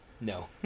no